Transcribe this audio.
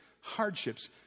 Hardships